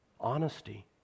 Honesty